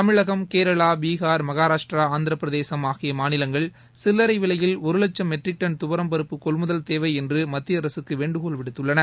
தமிழகம் கேரளா பிகார் மகாராஷ்ட்ரா ஆந்திர பிரதேசம் ஆகிய மாநிலங்கள் சில்லரை விவையில் ஒரு லட்சம் மெட்ரிக் டன் துவரம் பருப்பு கொள்முதல் தேவை என்று மத்திய அரசுக்கு வேண்டுகோள் விடுத்துள்ளன